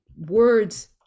words